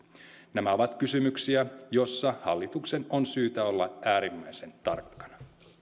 nämä ovat kysymyksiä joissa hallituksen on syytä olla äärimmäisen tarkkana